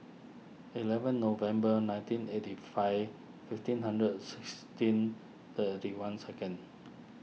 eleven November nineteen eighty five fifteen hundred sixteen thirty one second